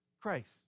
Christ